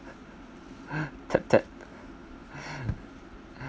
tap tap